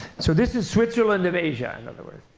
so this is switzerland of asia, in other words,